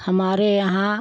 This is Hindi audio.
हमारे यहाँ